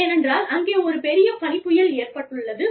ஏனென்றால் அங்கே ஒரு பெரிய பனிப்புயல் ஏற்பட்டுள்ளது